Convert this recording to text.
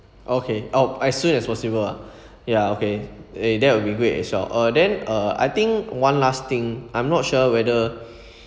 okay oh as soon as possible ya okay eh that will be great as well uh then uh I think one last thing I'm not sure whether